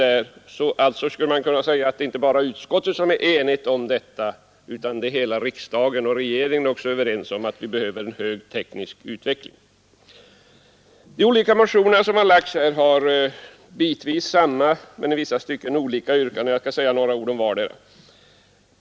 Det är alltså inte bara utskottet som är enigt om detta, utan hela riksdagen och även regeringen är överens om att vi behöver en hög teknisk utveckling. De olika motionerna har bitvis samma men i vissa stycken olika yrkanden, och jag skall säga några ord om varje motion.